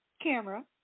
camera